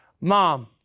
Mom